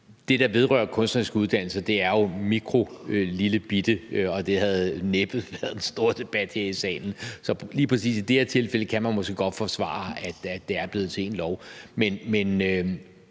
det, der vedrører kunstneriske uddannelser, er jo en mikrolillebitte del, og det havde næppe været den store debat her i salen. Så i lige præcis det her tilfælde kan man måske godt forsvare, at det er blevet til ét